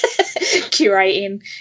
curating